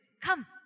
Come